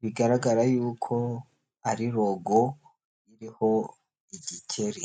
bigaragara yuko ari rogo iriho igikeri.